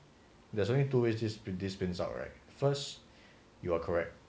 there's only two way this bring right first you are correct